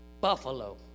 buffalo